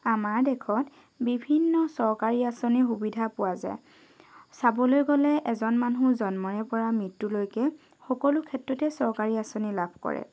আমাৰ দেশত বিভিন্ন চৰকাৰী আচঁনি সুবিধা পোৱা যায় চাবলৈ গ'লে এজন মানুহ জন্মৰে পৰা মৃত্যুলৈকে সকলো ক্ষেত্ৰতেই চৰকাৰী আচঁনি লাভ কৰে